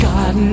God